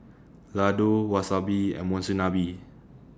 Ladoo Wasabi and Monsunabe